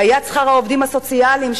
בעיית שכר העובדים הסוציאליים,